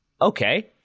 Okay